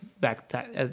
back